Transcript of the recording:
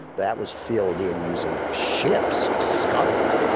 that was filled in using ships scuttled.